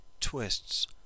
TWISTS